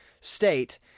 state